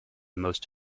most